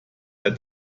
der